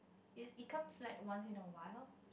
it it comes like once in awhile